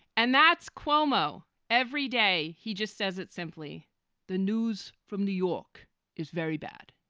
and that's cuomo every day. he just says it's simply the news from new york is very bad.